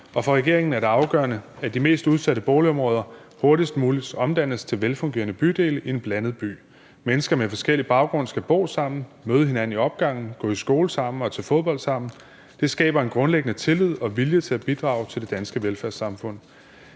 og for regeringen er det afgørende, at de mest udsatte boligområder hurtigst muligt omdannes til velfungerende bydele, en blandet by. Mennesker med forskellig baggrund skal bo sammen, møde hinanden i opgangen, gå i skole og til fodbold sammen. Det skaber en grundlæggende tillid og vilje til at bidrage til det danske velfærdssamfund.